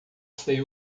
sei